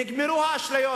נגמרו האשליות.